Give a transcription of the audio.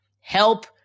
Help